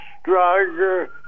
stronger